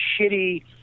shitty